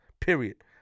period